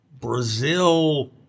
Brazil